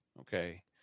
okay